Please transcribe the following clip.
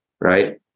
right